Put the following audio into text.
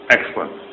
Excellent